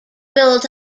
built